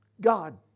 God